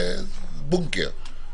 יכול להיות.